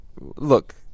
Look